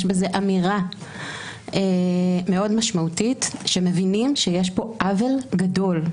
יש בזה אמירה מאוד משמעותית שמבינים שיש פה עוול גדול,